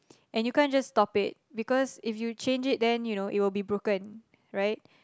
and you can't just stop it because if you change it then you know it will be broken right